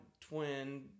twin